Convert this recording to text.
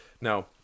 Now